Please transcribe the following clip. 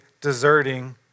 deserting